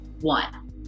one